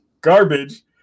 garbage